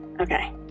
Okay